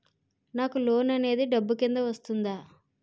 నాకు లోన్ అనేది డబ్బు కిందా వస్తుందా?